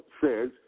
says